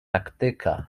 taktyka